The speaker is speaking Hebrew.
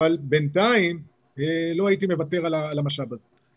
אבל בינתיים לא הייתי מוותר על המשאב הזה,